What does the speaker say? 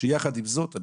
כשיחד עם זאת,